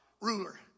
ruler